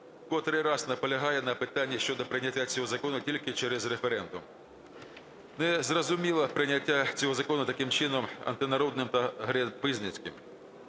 котрий раз наполягає на питанні щодо прийняття цього закону тільки через референдум. Не зрозуміло прийняття цього закону таким чином – антинародним та грабіжницьким.